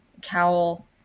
cowl